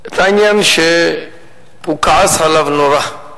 על העניין שהוא כעס עליו נורא,